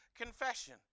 confession